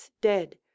dead